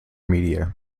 media